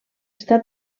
està